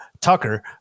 tucker